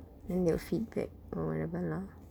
then they feedback or whatever lah